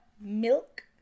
Milk